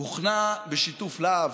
הוכנה בשיתוף להב,